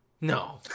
No